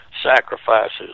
sacrifices